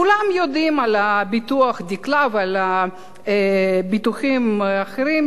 כולם יודעים על ביטוח "דקלה" ועל הביטוחים האחרים,